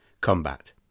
Combat